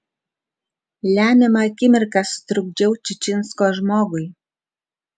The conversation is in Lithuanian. lemiamą akimirką sutrukdžiau čičinsko žmogui